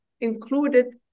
included